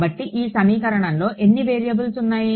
కాబట్టి ఈ సమీకరణంలో ఎన్ని వేరియబుల్స్ ఉన్నాయి